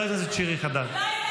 אין שכל, אין דאגות.